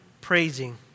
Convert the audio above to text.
praising